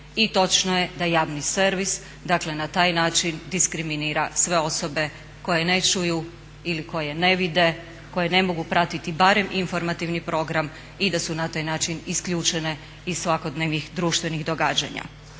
I točno je da javni servis, dakle na taj način diskriminira sve osobe koje ne čuju ili koje ne vide, koje ne mogu pratiti barem informativni program i da su na taj način isključene iz svakodnevnih društvenih događanja.